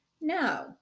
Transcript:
No